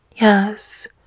yes